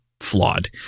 flawed